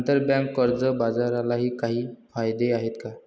आंतरबँक कर्ज बाजारालाही काही कायदे आहेत का?